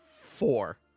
four